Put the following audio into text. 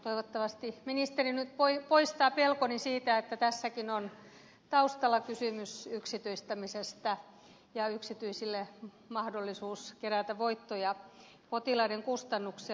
toivottavasti ministeri nyt poistaa pelkoni siitä että tässäkin on taustalla kysymys yksityistämisestä ja yksityisille mahdollisuus kerätä voittoja potilaiden kustannuksella